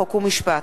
חוק ומשפט,